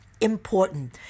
important